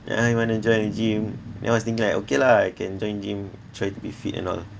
ya you wanna join a gym then I was thinking like okay lah I can join gym try to be fit and all